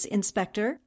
Inspector